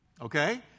okay